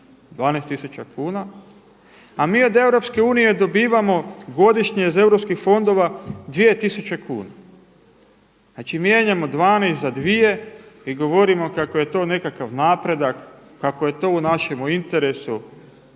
12000 kuna, a mi od EU dobivamo godišnje iz EU fondova 2000 kuna. Znači mijenjamo 12 za 2 i govorimo kako je to nekakav napredak, kako je to u našem interesu.